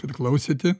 kad klausėte